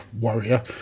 Warrior